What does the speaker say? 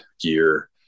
gear